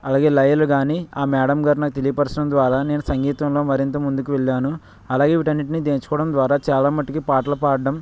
అలాగే లయలు కానీ ఆ మ్యాడమ్ గారు నాకు తెలియపరచడం ద్వారా నేను సంగీతంలో మరింత ముందుకు వెళ్ళాను అలాగే వీటి అన్నింటిని నేర్చుకోవడం ద్వారా చాలా మటుకు పాటలు పాడడం